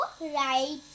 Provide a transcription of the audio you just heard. right